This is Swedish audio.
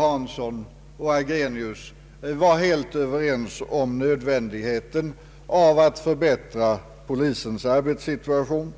Hanson och Agrenius var helt överens om nödvändigheten av att förbättra polisens arbetssituation.